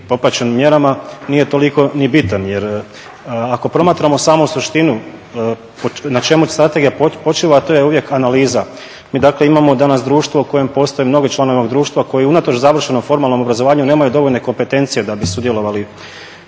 popraćen mjerama nije toliko ni bitan jer ako promatramo samo suštinu na čemu strategija počiva, a to je uvijek analiza. Mi danas imamo društvo u kojem postoje mnogi članovi ovog društva koji unatoč završenom formalnom obrazovanju nemaju dovoljne kompetencije da bi sudjelovali